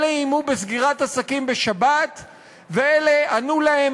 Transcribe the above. אלה איימו בסגירת עסקים בשבת ואלה ענו להם